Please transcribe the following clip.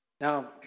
Now